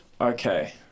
Okay